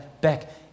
back